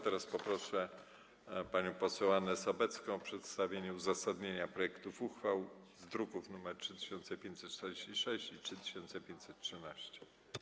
Teraz poproszę panią poseł Annę Sobecką o przedstawienie uzasadnienia projektów uchwał z druków nr 3546 i 3513.